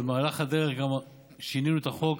במהלך הדרך גם שינינו את החוק,